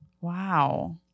Wow